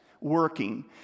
working